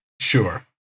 Sure